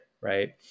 right